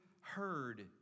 heard